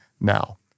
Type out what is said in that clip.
now